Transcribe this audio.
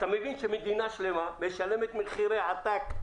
אתה מבין שמדינה שלמה משלמת מחירי עתק,